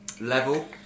Level